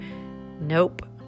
Nope